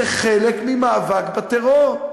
זה חלק ממאבק בטרור.